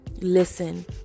listen